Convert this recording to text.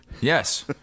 Yes